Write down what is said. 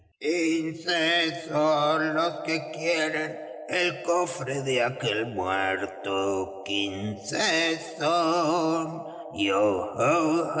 el cofre de aquel muerto